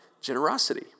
generosity